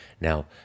Now